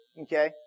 okay